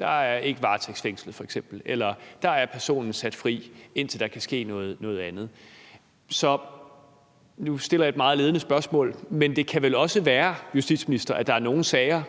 er der ikke varetægtsfængsling og der er personen sat fri, indtil der kan ske noget andet. Nu stiller jeg et meget ledende spørgsmål, men det kan vel også være, justitsminister, at der er nogle sager,